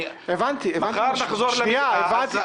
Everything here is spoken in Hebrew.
אני --- מחר תחזור למליאה,